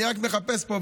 אני רק מחפש פה,